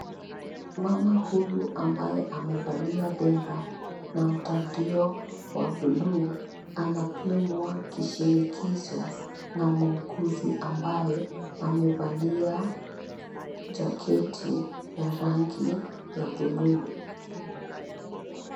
Mama huyu ambaye amevalia dera na mtandio wa buluu, anapimwa kishinikizo na muuguzi ambaye amevalia jaketi ya rangi ya buluu.